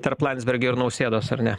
tarp landsbergio ir nausėdos ar ne